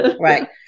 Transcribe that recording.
right